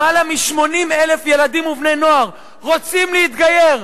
למעלה מ-80,000 ילדים ובני-נוער רוצים להתגייר,